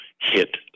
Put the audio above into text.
hit